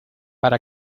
para